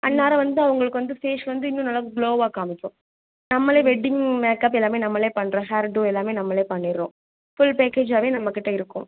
அந்தநேரம் வந்து அவங்களுக்கு வந்து ஃபேஸ் வந்து இன்னும் நல்லா க்ளோவாக காமிக்கும் நம்மளே வெட்டிங் மேக்கப் எல்லாமே நம்மளே பண்ணுறோம் ஹேர்டு எல்லாமே நம்மளே பண்ணிடுறோம் ஃபுல் பேக்கேஜ் வரையும் நம்மக்கிட்ட இருக்கும்